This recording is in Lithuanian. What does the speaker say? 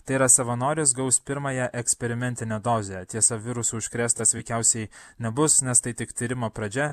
tai yra savanoris gaus pirmąją eksperimentinę dozę tiesa virusu užkrėstas veikiausiai nebus nes tai tik tyrimo pradžia